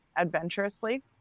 adventurously